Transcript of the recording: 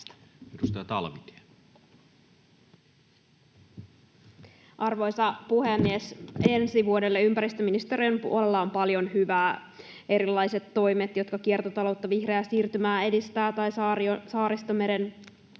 Arvoisa puhemies! Ensi vuodelle ympäristöministeriön puolella on paljon hyvää — erilaiset toimet, jotka edistävät kiertotaloutta, vihreää siirtymää, Saaristomeren puhtautta